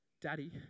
Daddy